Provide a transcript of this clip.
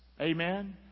Amen